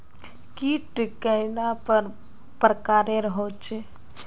कीट कैडा पर प्रकारेर होचे?